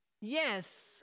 yes